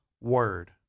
word